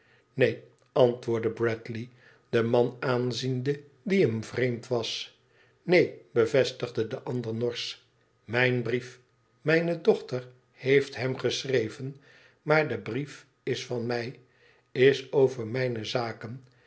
neen antwoordde bradley den man aanziende die hem vreemd was neen bevestigde de ander norsch mijn brief mijne dochter heeft hem geschreven maar de briefis van mij is over mijne zaken